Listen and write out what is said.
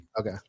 Okay